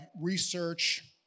research